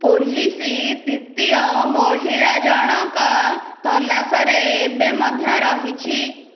police ଦ୍ୱିତୀୟ ମହିଳା ଜଣଙ୍କ ତଲାଶରେ ଏବେ ମଧ୍ୟ ରହିଛି